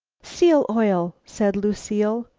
seal-oil! said lucile.